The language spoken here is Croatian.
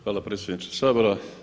Hvala predsjedniče Sabora.